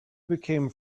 became